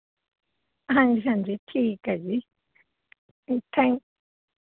ਹਾਂਜੀ ਹਾਂਜੀ ਠੀਕ ਹੈ ਜੀ ਥੈਂਕ